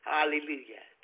Hallelujah